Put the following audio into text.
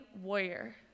warrior